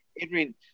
Adrian